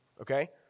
Okay